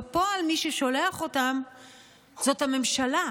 בפועל, מי ששולח אותם זאת הממשלה,